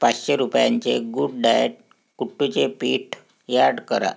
पाचशे रुपयांचे good diet कुट्टुचे पीठ यॅड करा